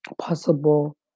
possible